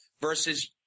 versus